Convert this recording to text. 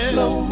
Slow